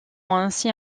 ainsi